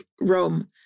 Rome